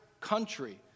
country